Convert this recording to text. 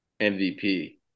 MVP